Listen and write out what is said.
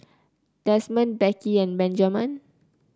Desmond Becky and Benjaman